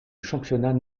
championnat